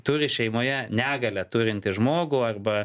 turi šeimoje negalią turintį žmogų arba